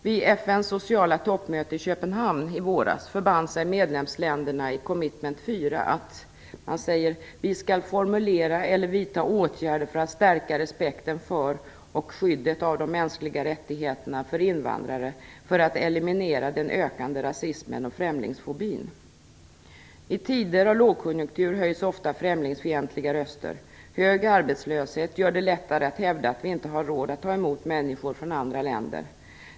Vid FN:s sociala toppmöte i Köpenhamn i våras förband sig medlemsländerna i committment 4 att: Vi skall formulera eller vidta åtgärder för att stärka respekten för och skyddet av de mänskliga rättigheterna för invandrare för att eliminera den ökande rasismen och främlingsfobin. I tider av lågkonjunktur höjs ofta främlingsfientliga röster. Hög arbetslöshet gör det lättare att hävda att vi inte har råd att ta emot människor från andra länder.